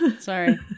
Sorry